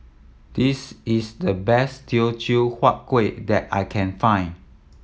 this is the best Teochew Huat Kuih that I can find